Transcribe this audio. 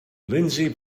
lindsey